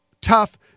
tough